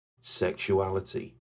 sexuality